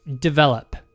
develop